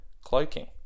cloaking